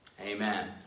Amen